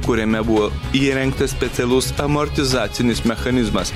kuriame buvo įrengtas specialus amortizacinis mechanizmas